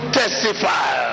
testify